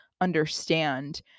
understand